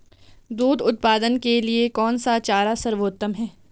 दूध उत्पादन के लिए कौन सा चारा सर्वोत्तम है?